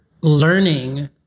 learning